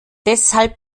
deshalb